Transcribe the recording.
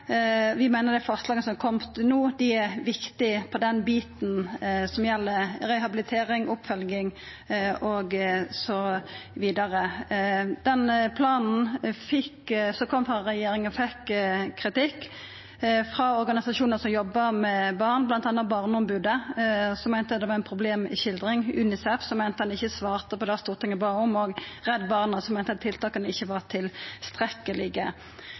Vi meiner dei forslaga som har kome no, er viktige for den biten som gjeld rehabilitering, oppfølging osv. Planen som kom frå regjeringa, fekk kritikk frå organisasjonar som jobbar med barn, bl.a. Barneombodet, som meinte at det var ei problemskildring, UNICEF, som meinte at planen ikkje svarte på det Stortinget bad om, og Redd Barna, som meinte at tiltaka ikkje var